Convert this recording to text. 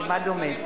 כמעט דומה.